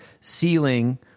ceiling